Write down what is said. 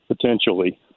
potentially